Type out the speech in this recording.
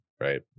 Right